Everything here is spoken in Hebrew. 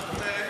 מה את אומרת?